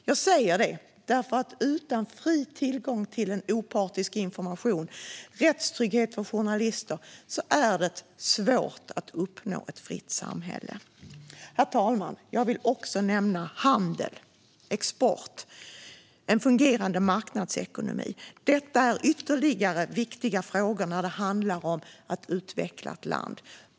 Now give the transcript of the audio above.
Jag säger detta därför att utan fri tillgång till opartisk information och rättstrygghet för journalister är det svårt att uppnå ett fritt samhälle. Herr talman! Jag vill slutligen nämna området handel, export och en fungerande marknadsekonomi. Detta är viktiga frågor när det handlar om att utveckla ett land.